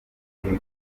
rikuru